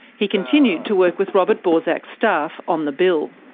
he continued to work with robert borsak's staff on the bill.